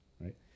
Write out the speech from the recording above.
Right